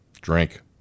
drink